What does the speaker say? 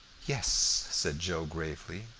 yes, said joe, gravely.